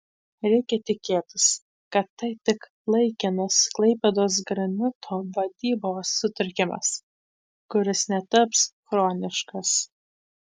reikia tikėtis kad tai tik laikinas klaipėdos granito vadybos sutrikimas kuris netaps chroniškas